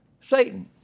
Satan